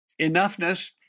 Enoughness